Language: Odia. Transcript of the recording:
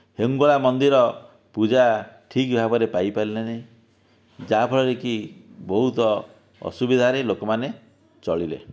ହିଙ୍ଗୁଳା ମନ୍ଦିର ପୂଜା ଠିକ ଭାବରେ ପାଇ ପାରିଲେ ନାହିଁ ଯାହା ଫଳରେ କି ବହୁତ ଅସୁବିଧାରେ ଲୋକମାନେ ଚଳିଲେ